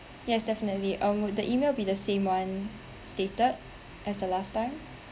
yes definitely um would the E-mail be the same [one] stated as the last time